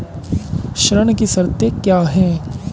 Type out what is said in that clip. ऋण की शर्तें क्या हैं?